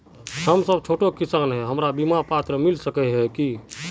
हम सब छोटो किसान है हमरा बिमा पात्र मिलबे सके है की?